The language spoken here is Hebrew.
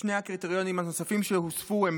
שני הקריטריונים הנוספים שהוספו הם